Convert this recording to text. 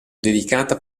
dedicata